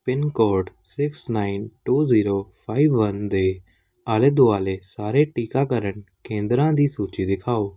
pin code six nine two zero five one ਦੇ ਆਲੇ ਦੁਆਲੇ ਸਾਰੇ ਟੀਕਾਕਰਨ ਕੇਂਦਰਾਂ ਦੀ ਸੂਚੀ ਦਿਖਾਓ